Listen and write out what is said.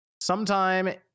sometime